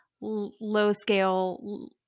low-scale –